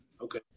okay